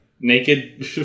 naked